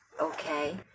Okay